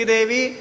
Devi